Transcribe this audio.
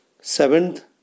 Seventh